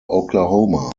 oklahoma